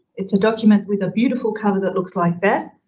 it's a document with a beautiful cover that looks like that,